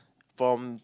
from